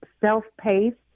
self-paced